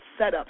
setups